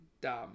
dumb